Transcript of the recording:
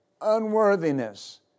unworthiness